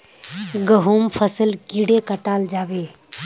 गहुम फसल कीड़े कटाल जाबे?